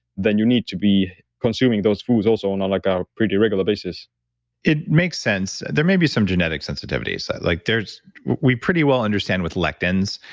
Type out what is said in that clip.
then you need to be consuming those foods also and on like a pretty regular basis it makes sense. there may be some genetic sensitivities so like we pretty well understand with lectins.